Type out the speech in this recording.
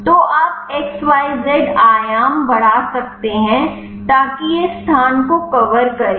तो आप XYZ आयाम बढ़ा सकते हैं ताकि यह इस स्थान को कवर करे